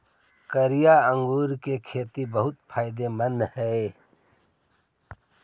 कारिया अंगूर के खेती बहुत फायदेमंद हई